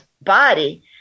body